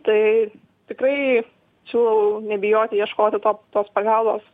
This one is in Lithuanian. tai tikrai siūlau nebijoti ieškoti tos pagalbos